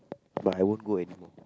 but I won't go anymore